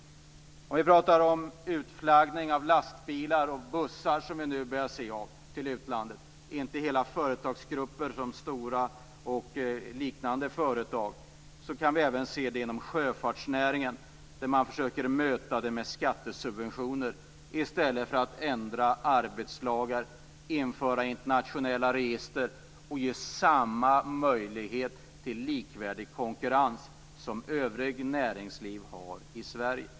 Vi talar om utflaggning av lastbilar och bussar till utlandet, inte hela företagsgrupper som Stora och liknande, och vi börjar se det även i sjöfartsnäringen, där man försöker möta det med skattesubventioner i stället för att ändra arbetslagar, införa internationella register och ge samma möjlighet till likvärdig konkurrens som övrigt näringsliv har i Sverige.